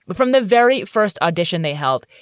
but from the very first audition they held,